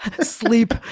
Sleep